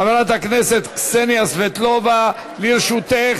חברת הכנסת קסניה סבטלובה, לרשותך